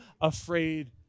afraid